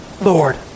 Lord